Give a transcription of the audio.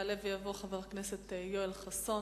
יעלה ויבוא חבר הכנסת יואל חסון.